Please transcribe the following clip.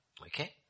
Okay